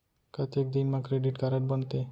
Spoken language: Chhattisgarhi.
कतेक दिन मा क्रेडिट कारड बनते?